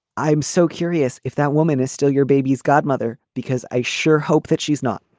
i'm so curious if that woman is still your baby's godmother because i sure hope that she's not